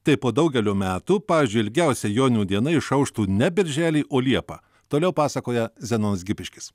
tai po daugelių metų pavyzdžiui ilgiausia joninių diena išauštų ne birželį o liepą toliau pasakoja zenonas gipiškis